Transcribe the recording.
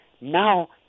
Now